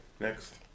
next